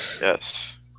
Yes